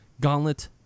Gauntlet